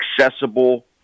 accessible